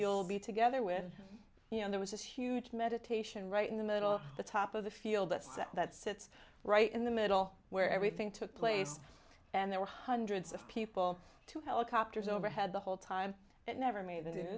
you'll be together with you know there was this huge meditation right in the middle of the top of the field that said that sits right in the middle where everything took place and there were hundreds of people two helicopters overhead the whole time that never made